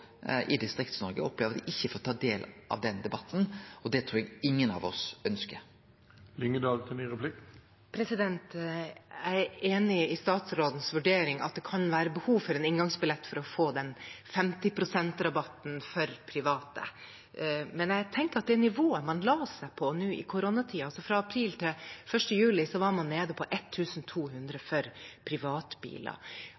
i Distrikts-Noreg opplever at dei ikkje får ta del i den rabatten. Det trur eg ingen av oss ønskjer. Jeg er enig i statsrådens vurdering av at det kan være behov for en inngangsbillett for å få 50 pst.-rabatten for private. Nivået man la seg på i koronatiden, fra april til 1. juli, var på 1 200 kr for privatbiler. Har dere sett noe på